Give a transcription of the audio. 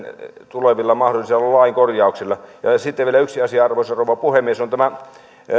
tulevilla mahdollisilla lain korjauksilla sitten vielä yksi asia arvoisa rouva puhemies on tämän